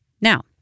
Now